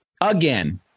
again